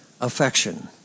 affection